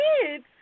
kids